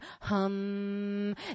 hum